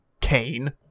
Kane